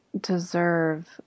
deserve